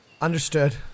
Understood